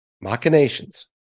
machinations